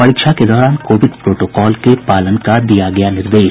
परीक्षा के दौरान कोविड प्रोटोकॉल के पालन का दिया गया निर्देश